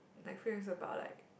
like film is about like